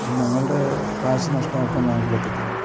ഞങ്ങളുടെ കാശ് നഷ്ടമാക്കാൻ ഞങ്ങൾക്കു പറ്റത്തില്ല